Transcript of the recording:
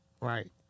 Right